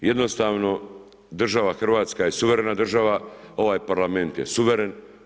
Jednostavno država Hrvatska je suverena država, ovaj Parlament je suveren.